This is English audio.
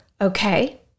okay